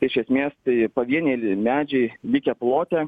tai iš esmės tai pavieniai medžiai likę plote